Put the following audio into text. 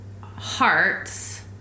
hearts